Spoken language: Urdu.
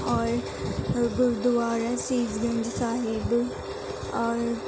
اور گردوارا سیز گنج صاحب اور